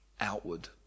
outward